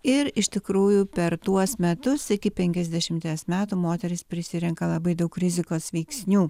ir iš tikrųjų per tuos metus iki penkiasdešimties metų moteris prisirenka labai daug rizikos veiksnių